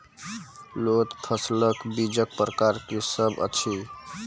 लोत फसलक बीजक प्रकार की सब अछि?